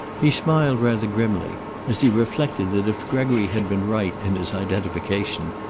he smiled rather grimly as he reflected that if gregory had been right in his identification,